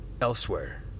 elsewhere